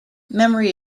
memory